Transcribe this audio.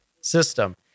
system